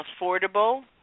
affordable